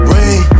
Rain